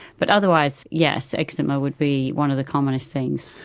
but otherwise, yes, eczema would be one of the commonest things.